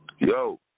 Yo